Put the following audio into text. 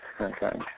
Okay